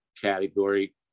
category